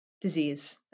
disease